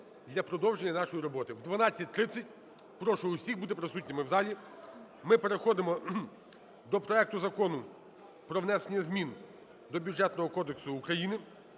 для продовження нашої роботи. В 12:30 прошу усіх бути присутніми в залі. Ми переходимо до проекту Закону про внесення змін до Бюджетного кодексу України